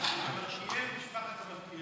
מלכיאל ממשפחת המלכיאלים.